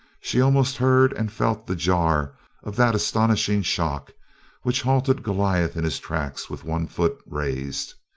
she almost heard and felt the jar of that astonishing shock which halted goliath in his tracks with one foot raised.